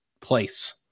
place